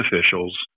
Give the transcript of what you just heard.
officials